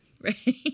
right